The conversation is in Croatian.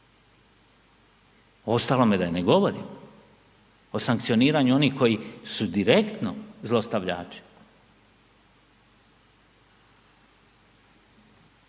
ostalome da ne govorim, o sankcioniranju onih koji su direktno zlostavljači.